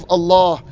Allah